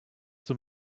the